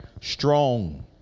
strong